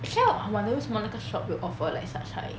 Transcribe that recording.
actually I wonder 为什么那个 shop will offer like such high